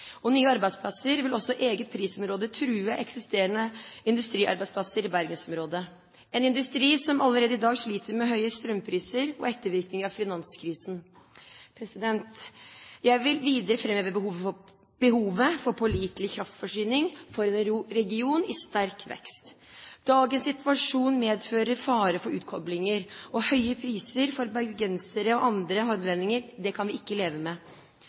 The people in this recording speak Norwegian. og nye arbeidsplasser, vil også et eget prisområde true eksisterende industriarbeidsplasser i bergensområdet – en industri som allerede i dag sliter med høye strømpriser og ettervirkninger av finanskrisen. Jeg vil videre framheve behovet for en pålitelig kraftforsyning for en region i sterk vekst. At dagens situasjon medfører fare for utkoblinger og høye priser for bergensere og andre hordalendinger, kan vi ikke leve med.